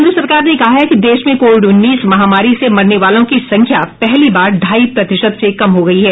केंद्र सरकार ने कहा है कि देश में कोविड उन्नीस महामारी से मरने वालों की संख्या पहली बार ढाई प्रतिशत से कम हो गई है